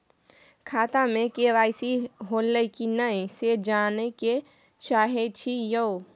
खाता में के.वाई.सी होलै की नय से जानय के चाहेछि यो?